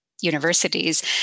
universities